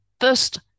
first